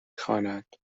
خواند